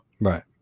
Right